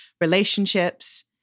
relationships